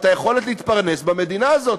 את היכולת להתפרנס במדינה הזאת.